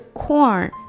corn